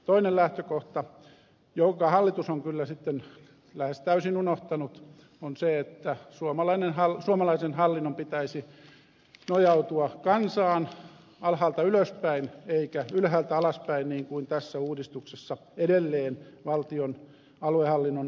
toinen lähtökohta jonka hallitus on kyllä sitten lähes täysin unohtanut on se että suomalaisen hallinnon pitäisi nojautua kansaan alhaalta ylöspäin eikä ylhäältä alaspäin niin kuin tässä uudistuksessa edelleen valtion aluehallinnon osalta tapahtuu